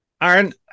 Aaron